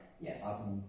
Yes